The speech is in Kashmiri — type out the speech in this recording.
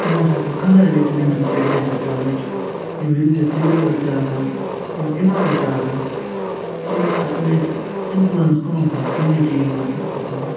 یِمَن چھِ آسان کَنزَرویٹِوٗ اِنٹَرپرٛیٚٹیشَن اسلامٕچۍ یِم ریٚلِجیٚس لیٖڈٲرٕس چھِ آسان یِم اِمام چھِ آسان یِمَن چھُ آسان اِنفٕلیٚنٕس کٕمَن کُن کوٚمنٹی یِم آسان اوٚکُن